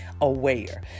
aware